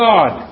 God